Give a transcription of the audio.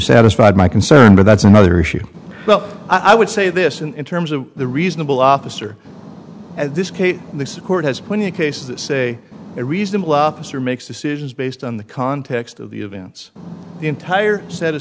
satisfied my concern but that's another issue well i would say this in terms of the reasonable officer this case the court has plenty of cases that say a reasonable officer makes decisions based on the context of the events the entire set of